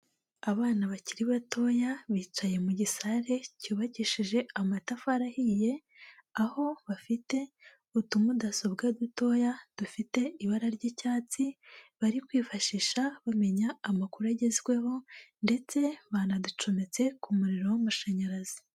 Abana bakiri batoya bicaye mu gisare cyubakisheje amatafari ahiye, aho bafite utu mudasobwa dutoya dufite ibara ry'icyatsi bari kwifashisha bamenya amakuru agezweho ndetse banaducometse ku muriro w'amashanyarazi.